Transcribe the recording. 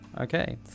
Okay